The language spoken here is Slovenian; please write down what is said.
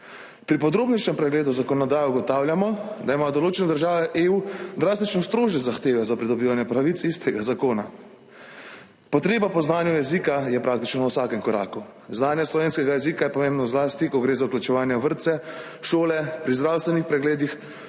Pri podrobnejšem pregledu zakonodaje ugotavljamo, da imajo določene države EU drastično strožje zahteve za pridobivanje pravic iz tega zakona. Potreba po znanju jezika je praktično na vsakem koraku. Znanje slovenskega jezika je pomembno zlasti, ko gre za vključevanje v vrtce, šole, pri zdravstvenih pregledih,